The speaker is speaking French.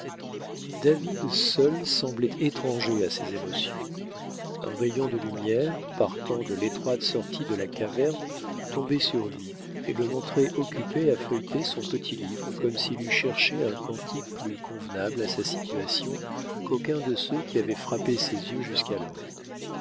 david seul semblait étranger à ces émotions un rayon de lumière partant de l'étroite sortie de la caverne tombait sur lui et le montrait occupé à feuilleter son petit livre comme s'il eût cherché un cantique plus convenable à sa situation qu'aucun de ceux qui avaient frappé ses yeux jusqu'alors